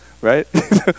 right